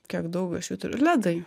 kiek daug aš jų turiu ledai